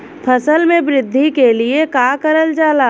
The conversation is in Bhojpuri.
फसल मे वृद्धि के लिए का करल जाला?